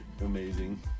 amazing